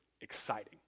exciting